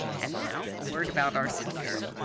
and now, a word about our speaker.